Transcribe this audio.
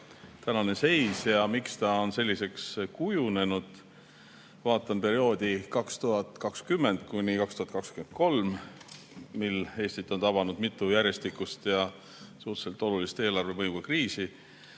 tänane seis ja miks ta on selliseks kujunenud. Vaatan perioodi 2020–2023, mil Eestit on tabanud mitu järjestikust ja suhteliselt olulist eelarvekriisi.